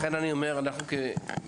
לכן אני אומר שאנחנו כרשויות,